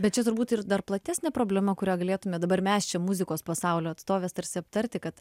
bet čia turbūt ir dar platesnė problema kurią galėtume dabar mes čia muzikos pasaulio atstovės tarsi aptarti kad